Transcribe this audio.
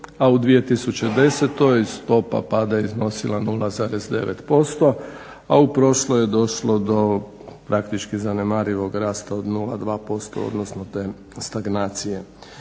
a u 2010. stopa pada je iznosila 0,9%, a u prošloj je došlo do, praktički zanemarivog rasta od 0,2% odnosno te stagnacije.